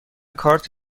کارت